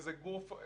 איזה גוף.